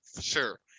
Sure